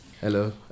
Hello